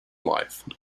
life